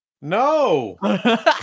No